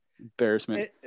embarrassment